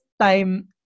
time